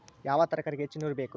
ಯಾವ ತರಕಾರಿಗೆ ಹೆಚ್ಚು ನೇರು ಬೇಕು?